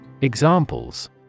Examples